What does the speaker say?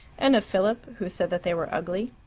and of philip, who said that they were ugly.